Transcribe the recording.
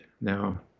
Now